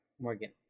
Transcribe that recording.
Morgan